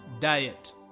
diet